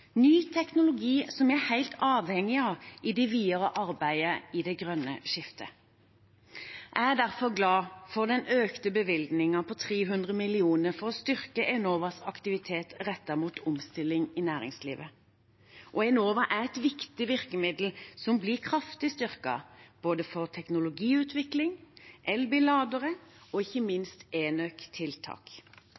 ny teknologi som vi er helt avhengig av i det videre arbeidet med det grønne skiftet. Jeg er derfor glad for den økte bevilgningen på 300 mill. kr for å styrke Enovas aktivitet rettet mot omstilling i næringslivet. Og Enova er et viktig virkemiddel som blir kraftig styrket, for både teknologiutvikling, elbilladere og ikke